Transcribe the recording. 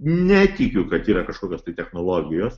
netikiu kad yra kažkokios tai technologijos